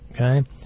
okay